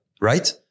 right